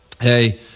Hey